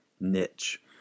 niche